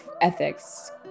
ethics